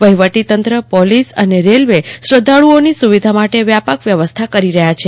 વહીવટીતંત્ર પોલીસ અને રેલવે શ્રદ્ધાળુઓની સુવિધા માટે વ્યાપક વ્યવસ્થા કરી છે